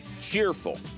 cheerful